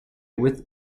with